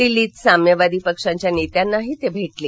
दिल्लीत साम्यवादी पक्षांच्या नेत्यांनाही ते भेटले